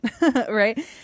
right